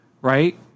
right